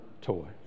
toy